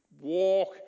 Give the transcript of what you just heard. walk